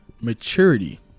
maturity